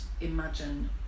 imagine